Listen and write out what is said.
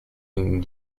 une